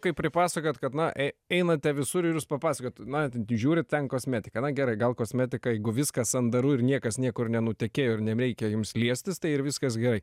kai pripasakojot kad na ei einate visur ir jūs papasakojot na žiūrit ten kosmetiką na gerai gal kosmetika jeigu viskas sandaru ir niekas niekur nenutekėjo ir nereikia jums liestis tai ir viskas gerai